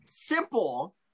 simple